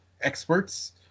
experts